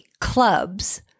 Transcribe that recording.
clubs